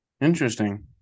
Interesting